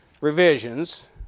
revisions